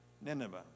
Nineveh